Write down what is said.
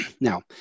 Now